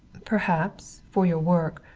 perhaps, for your work.